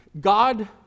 God